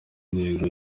intego